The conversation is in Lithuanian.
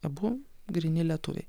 abu gryni lietuviai